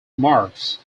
marks